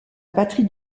patrie